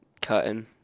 cutting